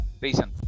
reason